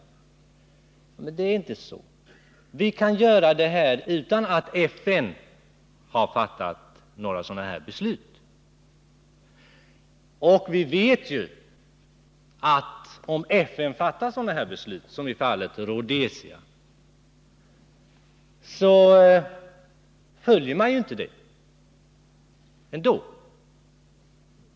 Men så förhåller det sig inte. Vi kan vidta åtgärder utan att FN har fattat något beslut. Vi vet ju att om FN fattar beslut, som i fallet Rhodesia, följs det inte.